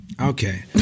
Okay